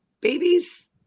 babies